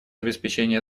обеспечение